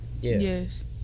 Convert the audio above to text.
Yes